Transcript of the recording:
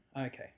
Okay